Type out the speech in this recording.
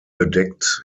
bedeckt